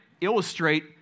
illustrate